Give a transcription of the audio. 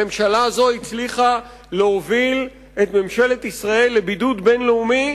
הממשלה הזאת הצליחה להוביל את ממשלת ישראל לבידוד בין-לאומי